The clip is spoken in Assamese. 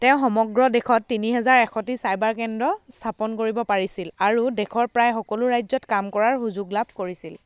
তেওঁ সমগ্ৰ দেশত তিনি হেজাৰ এশটি চাইবাৰ কেন্দ্ৰ স্থাপন কৰিব পাৰিছিল আৰু দেশৰ প্ৰায় সকলো ৰাজ্যত কাম কৰাৰ সুযোগ লাভ কৰিছিল